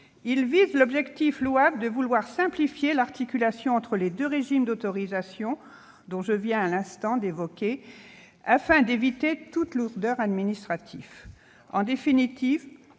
visant l'objectif louable de simplifier l'articulation entre les deux régimes d'autorisation que je viens à l'instant d'évoquer, afin d'éviter toute lourdeur administrative. En définitive,